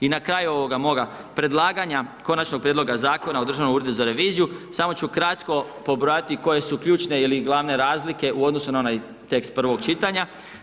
I na kraju ovoga moga predlaganja Konačnog prijedloga Zakona o Državnom uredu za reviziju, samo ću kratko pobrojati koje su ključne ili glavne razlike u odnosu na onaj tekst prvog čitanja.